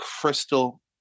crystal